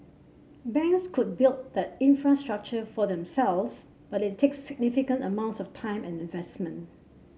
banks could build that infrastructure for themselves but it takes significant amounts of time and investment